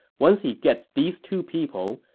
once he gets these two people,